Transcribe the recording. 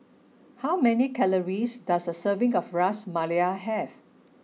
how many calories does a serving of Ras Malai have